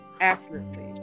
accurately